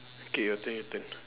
okay your turn your turn